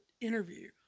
interview